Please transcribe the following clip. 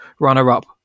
runner-up